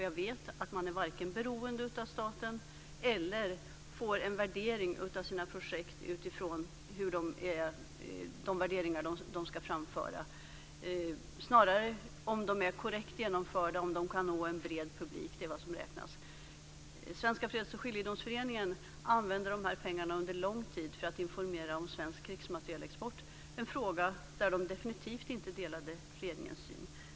Jag vet att man varken är beroende av staten eller får sina projekt bedömda utifrån de värderingar de ska framföra. Om de är korrekt genomförda och om de kan nå en bred publik är vad som räknas. Svenska Freds och Skiljedomsföreningen använde under lång tid de här pengarna för att informera om svensk krigsmaterielexport, en fråga där de definitivt inte delade regeringens syn.